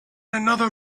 another